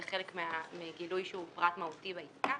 זה חלק מהגילוי, שהוא פרט מהותי בעסקה,